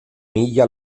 miglia